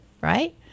right